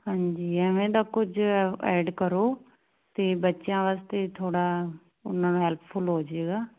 ਹਾਂਜੀ ਐਵੇਂ ਦਾ ਕੁਝ ਐਡ ਕਰੋ ਤੇ ਬੱਚਿਆਂ ਵਾਸਤੇ ਥੋੜਾ ਉਹਨਾਂ ਨੂੰ ਹੈਲਪਫੁਲ ਹੋ ਜਾਏਗਾ